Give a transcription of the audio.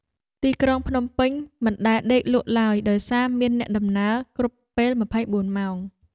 ទីក្រុងភ្នំពេញមិនដែលដេកលក់ឡើយ ដោយសារមានអ្នកដំណើរគ្រប់ពេល ២៤ ម៉ោង។